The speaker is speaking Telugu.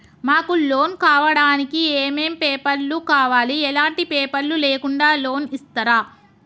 మాకు లోన్ కావడానికి ఏమేం పేపర్లు కావాలి ఎలాంటి పేపర్లు లేకుండా లోన్ ఇస్తరా?